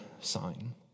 sign